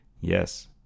Yes